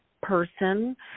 person